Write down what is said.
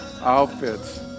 outfits